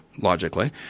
logically